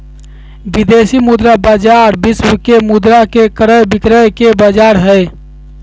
विदेशी मुद्रा बाजार विश्व के मुद्रा के क्रय विक्रय के बाजार हय